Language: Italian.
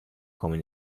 come